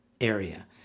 area